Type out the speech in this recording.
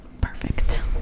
Perfect